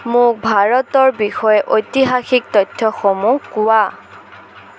মোক ভাৰতৰ বিষয়ে ঐতিহাসিক তথ্যসমূহ কোৱা